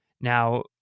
Now